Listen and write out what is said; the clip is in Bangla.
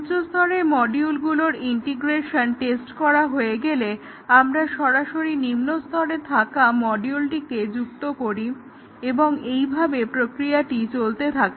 উচ্চস্তরের মডিউলগুলোর ইন্টিগ্রেশন টেস্ট করা হয়ে গেলে আমরা সরাসরি নিম্নস্তরে থাকা মডিউলটিকে যুক্ত করি এবং এইভাবে প্রক্রিয়াটি চলতে থাকে